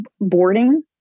boarding